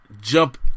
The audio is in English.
jump